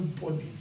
bodies